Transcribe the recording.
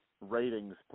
ratings